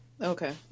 okay